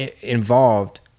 involved